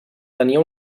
tenia